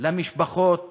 למשפחות